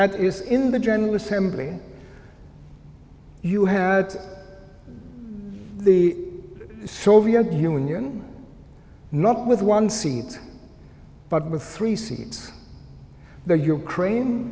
that is in the general assembly you had the soviet union not with one seat but with three seats the ukraine